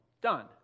done